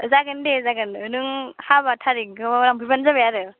जागोन दे जागोन नों हाबा थारिखआव लांफैब्लानो जाबाय आरो